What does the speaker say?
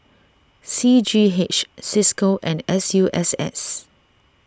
C G H Cisco and S U S S